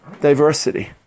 diversity